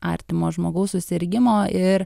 artimo žmogaus susirgimo ir